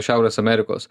šiaurės amerikos